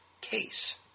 case